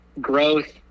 growth